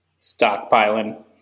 Stockpiling